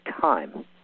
time